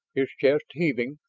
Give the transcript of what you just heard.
his chest heaving,